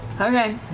Okay